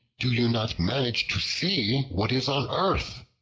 do you not manage to see what is on earth?